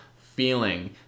feeling